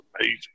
amazing